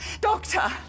Doctor